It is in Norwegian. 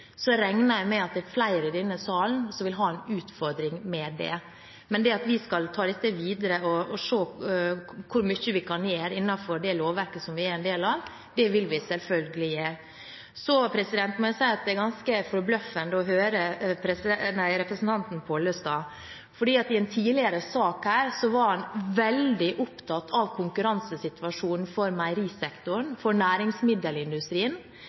så regner jeg med at det er flere i denne salen som vil ha en utfordring med det. Men vi vil selvfølgelig ta dette videre og se hvor mye vi kan gjøre innenfor det lovverket som vi er en del av. Så må jeg si at det er ganske forbløffende å høre representanten Pollestad, for i en tidligere sak her var han veldig opptatt av konkurransesituasjonen for meierisektoren, for næringsmiddelindustrien,